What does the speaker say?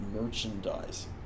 merchandise